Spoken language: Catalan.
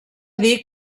dir